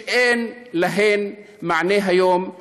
שאין לה מענה היום.